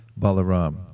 Balaram